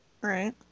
Right